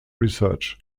research